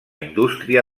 indústria